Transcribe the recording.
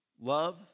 love